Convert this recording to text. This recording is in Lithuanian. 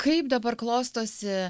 kaip dabar klostosi